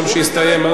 משום שהסתיים,